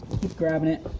keep grabbing it,